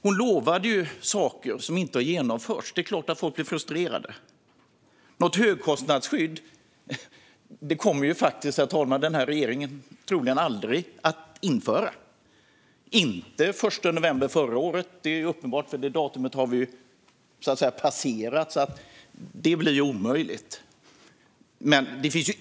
Hon lovade saker som inte har genomförts. Det är klart att folk blir frustrerade. Herr talman! Något högkostnadsskydd kommer den här regeringen troligen aldrig att införa. Att det inte skedde den 1 november förra året är ju uppenbart, eftersom det datumet har passerat. Det är omöjligt.